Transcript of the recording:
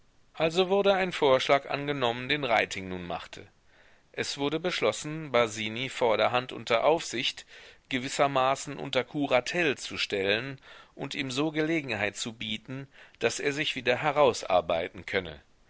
also wurde ein vorschlag angenommen den reiting nun machte es wurde beschlossen basini vorderhand unter aufsicht gewissermaßen unter kuratel zu stellen und ihm so gelegenheit zu bieten daß er sich wieder herausarbeiten könne